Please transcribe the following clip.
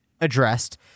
addressed